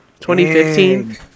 2015